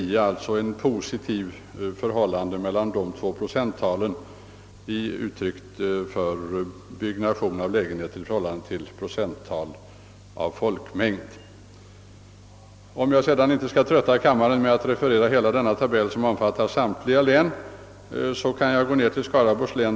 Där är alltså ett positivt förhållande mellan de två procenttalen, uttryckt i tilldelning av lägenheter i förhållande till procenttal av folkmängden. Jag skall nu inte trötta kammarens ledamöter med att referera hur samma relation ställer sig för samtliga län utan tar enbart Skaraborgs län.